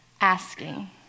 asking